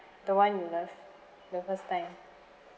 the one you love the first time